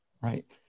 right